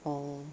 oh